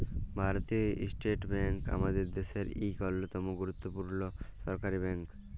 ভারতীয় state bank আমাদের দ্যাশের ইক অল্যতম গুরুত্তপুর্ল সরকারি ব্যাংক